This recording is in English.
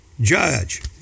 judge